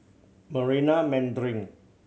Marina Mandarin